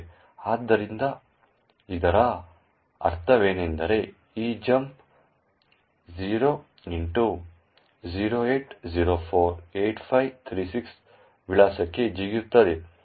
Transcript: ಆದ್ದರಿಂದ ಇದರ ಅರ್ಥವೇನೆಂದರೆ ಈ ಜಂಪ್ 0x08048536 ವಿಳಾಸಕ್ಕೆ ಜಿಗಿಯುತ್ತದೆ